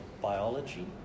biology